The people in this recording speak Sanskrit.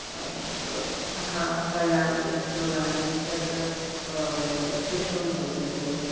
हा पर्णानि तृणानि तत् शुष्कं भवितव्यम्